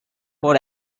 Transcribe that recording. for